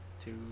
two